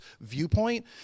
viewpoint